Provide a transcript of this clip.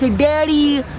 daddy.